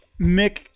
Mick